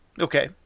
Okay